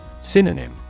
Synonym